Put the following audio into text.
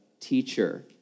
teacher